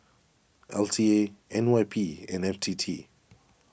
L T A N Y P and F T T